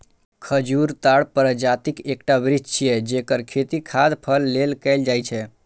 खजूर ताड़ प्रजातिक एकटा वृक्ष छियै, जेकर खेती खाद्य फल लेल कैल जाइ छै